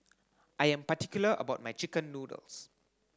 I am particular about my chicken noodles